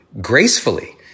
gracefully